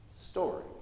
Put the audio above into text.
story